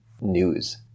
news